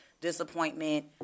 disappointment